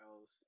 else